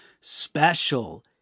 special